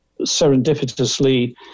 serendipitously